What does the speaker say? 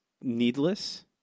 needless